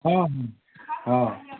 ହଁ ହଁ ହଁ